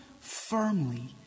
firmly